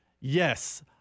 Yes